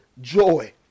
joy